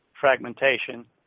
fragmentation